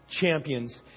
champions